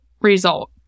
result